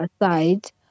aside